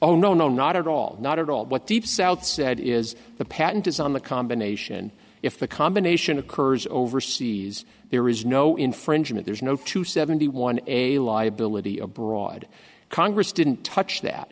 oh no no not at all not at all what deep south said is the patent is on the combination if the combination occurs overseas there is no infringement there's no two seventy one a liability abroad congress didn't touch that